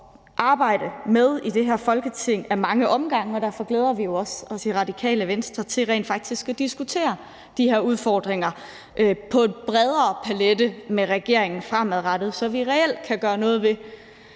arbejde med i det her Folketing af mange omgange. Derfor glæder vi os også i Radikale Venstre til rent faktisk at diskutere de her udfordringer på en bredere palet med regeringen fremadrettet, så vi reelt kan gøre noget ved,